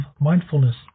mindfulness